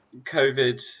COVID